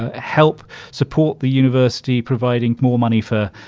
ah help support the university, providing more money for,